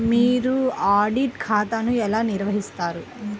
మీరు ఆడిట్ ఖాతాను ఎలా నిర్వహిస్తారు?